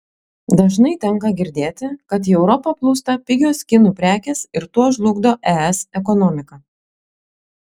dažnai tenka girdėti kad į europą plūsta pigios kinų prekės ir tuo žlugdo es ekonomiką